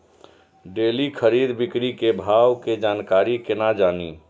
Daily खरीद बिक्री के भाव के जानकारी केना जानी?